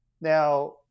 Now